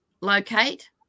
locate